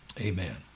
Amen